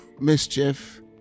mischief